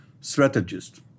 strategist